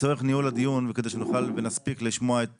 לצורך ניהול הדיון וכדי שנוכל ונספיק לשמוע את